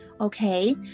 Okay